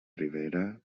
rivera